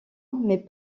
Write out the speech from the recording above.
mais